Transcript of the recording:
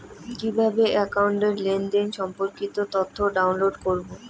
কিভাবে একাউন্টের লেনদেন সম্পর্কিত তথ্য ডাউনলোড করবো?